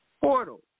portal